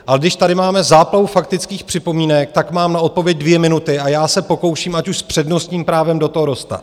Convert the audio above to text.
Ale když tady máme záplavu faktických připomínek, tak mám na odpověď dvě minuty a já se pokouším, ať už s přednostním právem, do toho dostat.